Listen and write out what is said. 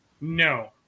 no